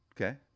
Okay